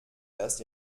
erst